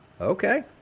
Okay